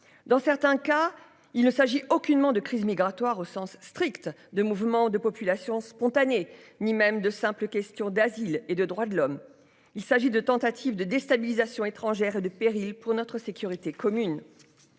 dans certains cas il ne s'agit aucunement de crise migratoire au sens strict de mouvements de population spontané, ni même de simples questions d'asile et de droits de l'homme. Il s'agit de tentative de déstabilisation étrangères et de péril pour notre sécurité commune.